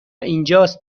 اینجاست